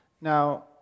Now